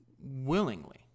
willingly